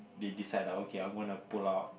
they decide like okay I'm gona pull out